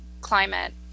climate